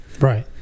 Right